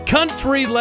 Country